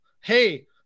hey